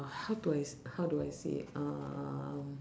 how do I s~ how do I say uh